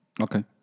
Okay